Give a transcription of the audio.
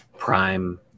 Prime